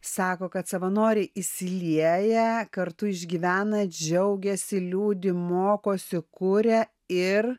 sako kad savanoriai įsilieja kartu išgyvena džiaugiasi liūdi mokosi kuria ir